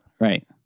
right